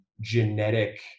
genetic